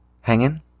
hanging